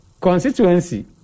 constituency